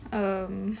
um